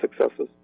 successes